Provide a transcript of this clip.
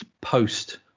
post